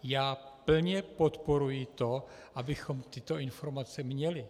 Já plně podporuji to, abychom tyto informace měli.